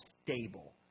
stable